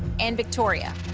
and victoria.